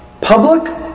public